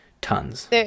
tons